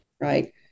right